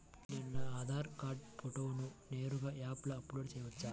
నేను నా ఆధార్ కార్డ్ ఫోటోను నేరుగా యాప్లో అప్లోడ్ చేయవచ్చా?